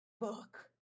book